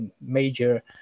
major